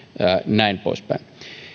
näin poispäin